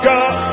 God